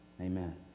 amen